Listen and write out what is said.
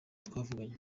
twavuganye